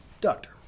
Doctor